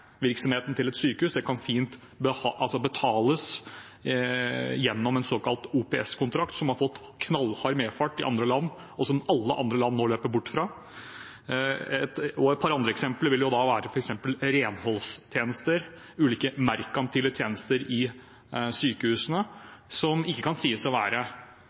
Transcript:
til et sykehus – det kan fint betales gjennom en såkalt OPS-kontrakt, som har fått knallhard medfart i andre land, og som alle andre land nå løper bort fra. Et par andre eksempler er f.eks. renholdstjenester, ulike merkantile tjenester i sykehusene, som ikke kan sies å være